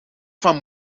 van